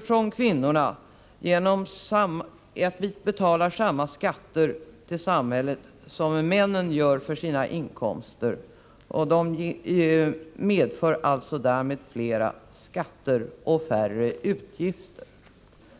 från kvinnorna, genom att vi betalar samma skatter till samhället som männen gör för sina inkomster. De medför alltså därmed högre skatteintäkter och färre utgifter.